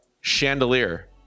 Chandelier